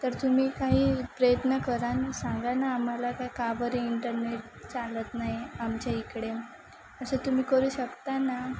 तर तुम्ही काही प्रयत्न करा आणि सांगा ना आम्हाला काय का बरे इंटरनेट चालत नाही आमच्या इकडे असं तुम्ही करू शकता ना